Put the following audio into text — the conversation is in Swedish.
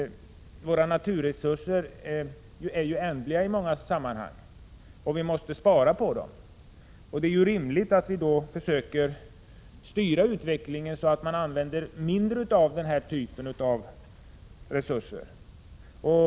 Våra naturresurser är ju ändliga i många avseenden. Vi måste därför spara på dem. Det är då rimligt att vi försöker styra utvecklingen så att man använder mindre av den typen av resurser.